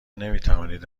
نمیتوانید